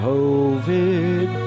Covid